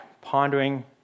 pondering